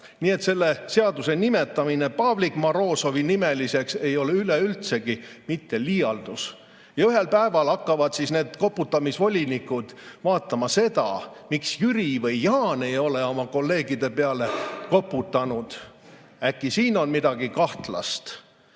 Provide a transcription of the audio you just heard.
Nii et selle seaduse nimetamine Pavlik Morozovi nimeliseks ei ole üleüldsegi mitte liialdus. Ühel päeval hakkavad need koputamisvolinikud vaatama seda, miks Jüri või Jaan ei ole oma kolleegide peale koputanud. Äkki on siin midagi kahtlast?